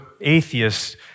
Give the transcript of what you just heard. atheists